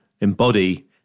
embody